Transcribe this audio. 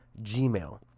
Gmail